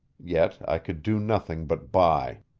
yet i could do nothing but buy.